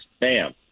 bam